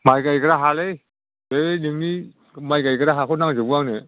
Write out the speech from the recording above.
माइ गायग्रा हालै बै नोंनि माइ गायग्रा हाखौ नांजोबगौ आंनो